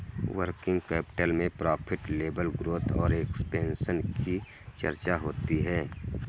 working capital में profit level growth और expansion की चर्चा होती है